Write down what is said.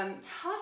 tough